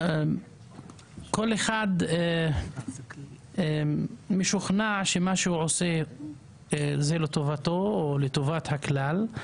לכאורה כל אחד משוכנע שמה שהוא עושה זה לטובתו או לטובת הכלל,